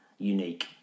unique